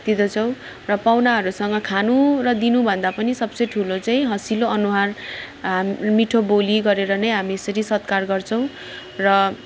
दिँदछौँ र पाहुनाहरूसँग खानु र दिनु भन्दा पनि सब से ठुलो चाहिँ हँसिलो अनुहार हामी मिठो बोली गरेर नै हामी यसरी सत्कार गर्छौँ र